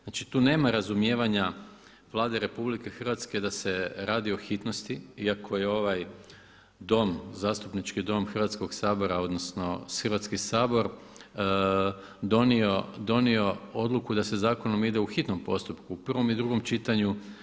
Znači tu nema razumijevanja Vlade RH da se radi o hitnosti iako je ovaj Dom, zastupnički Dom Hrvatskog sabora odnosno Hrvatski sabor donio odluku da se zakonom ide u hitnom postupku u prvom i drugom čitanju.